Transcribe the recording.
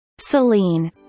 Celine